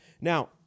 now